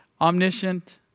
Omniscient